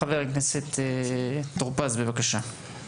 חבר הכנסת טור פז, בבקשה.